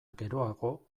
geroago